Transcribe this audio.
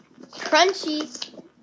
Crunchy